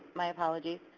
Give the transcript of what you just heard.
my apologies,